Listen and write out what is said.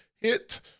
hit